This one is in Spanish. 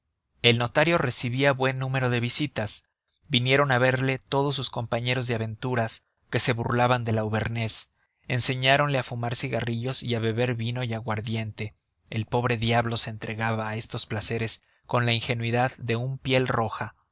el notario recibía buen número de visitas vinieron a verle todos sus compañeros de aventuras que se burlaban del auvernés enseñáronle a fumar cigarrillos y a beber vino y aguardiente el pobre diablo se entregaba a estos placeres con la ingenuidad de un piel roja